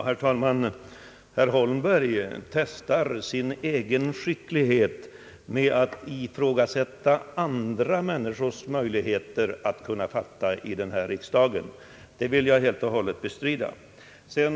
Herr talman! Herr Holmberg testar sin egen skicklighet i argumentationen genom att ifrågasätta andra människors möjligheter till fattningsförmåga här i kammaren. Jag vill helt och hållet överlåta åt ledamöterna att bedöma den saken.